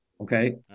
Okay